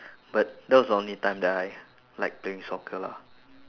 but that was the only time that I liked playing soccer lah